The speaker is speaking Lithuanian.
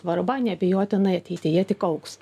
svarba neabejotinai ateityje tik augs